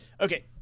okay